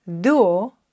Duo